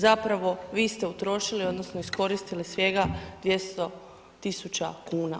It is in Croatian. Zapravo, vi ste utrošili, odnosno iskoristili svega 200 tisuća kuna.